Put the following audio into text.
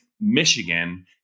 Michigan